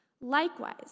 Likewise